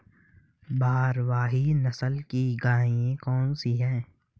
भारवाही नस्ल की गायें कौन सी हैं?